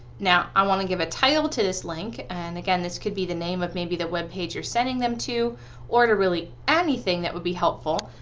now i want to give a title to this link and again this could be the name of maybe the webpage you're sending them to or really anything that would be helpful.